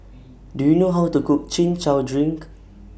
Do YOU know How to Cook Chin Chow Drink